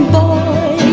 boy